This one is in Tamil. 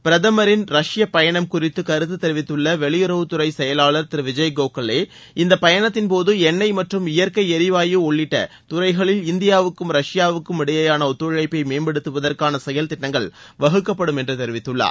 பிரதமரின் ரஷ்ய பயணம் குறித்து கருத்து தெரிவித்துள்ள வெளியுறவுத்துறை செயலாளர் திரு விஜய்கோகலே இந்த பயணத்தின்போது எண்ணெய் மற்றும் இயற்கை எரிவாயு உள்ளிட்ட துறைகளில் இந்தியாவுக்கும் ரஷ்யாவுக்கும் இடையேயான ஒத்துழைப்பை மேம்படுத்துவதற்கான செயல் திட்டங்கள் வகுக்கப்படும் என்று தெரிவித்துள்ளார்